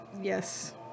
yes